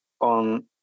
on